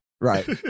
Right